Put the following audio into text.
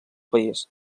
país